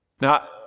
Now